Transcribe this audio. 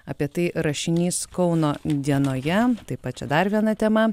apie tai rašinys kauno dienoje taip pat čia dar viena tema